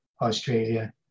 Australia